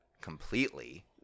completely